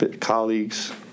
colleagues